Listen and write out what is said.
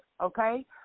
okay